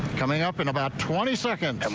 coming up in about twenty second. and